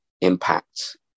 impact